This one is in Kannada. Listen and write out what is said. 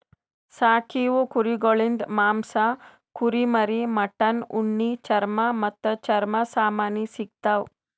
ಸಾಕೀವು ಕುರಿಗೊಳಿಂದ್ ಮಾಂಸ, ಕುರಿಮರಿ, ಮಟನ್, ಉಣ್ಣಿ, ಚರ್ಮ ಮತ್ತ್ ಚರ್ಮ ಸಾಮಾನಿ ಸಿಗತಾವ್